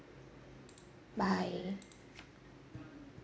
bye